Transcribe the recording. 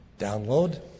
download